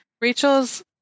Rachel's